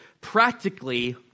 practically